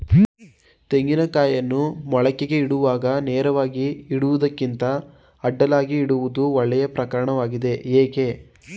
ತೆಂಗಿನ ಕಾಯಿಯನ್ನು ಮೊಳಕೆಗೆ ಇಡುವಾಗ ನೇರವಾಗಿ ಇಡುವುದಕ್ಕಿಂತ ಅಡ್ಡಲಾಗಿ ಇಡುವುದು ಒಳ್ಳೆಯ ಕ್ರಮವಾಗಿದೆ ಏಕೆ?